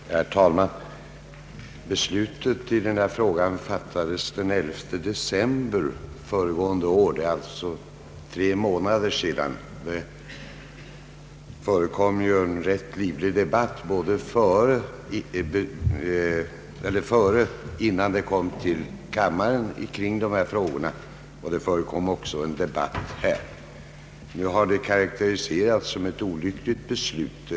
Herr talman! Beslutet i denna fråga fattades den 10 december föregående år, alltså för tre månader sedan. Det förekom ju en rätt livlig debatt innan ärendet kom till kamrarna, och ärendet debatterades även här i kammaren. Nu har beslutet karakteriserats som olyckligt.